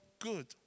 good